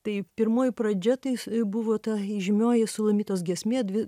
tai pirmoji pradžia tai buvo ta įžymioji sulamitos giesmė dvi